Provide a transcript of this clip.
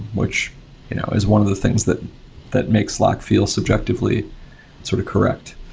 which you know is one of the things that that make slack feel subjectively sort of correct.